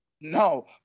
No